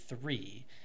three